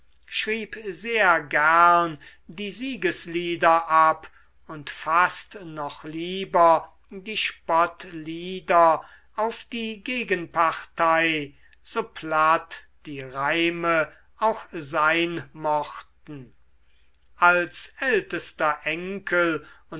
schrieb sehr gern die siegeslieder ab und fast noch lieber die spottlieder auf die gegenpartei so platt die reime auch sein mochten als ältester enkel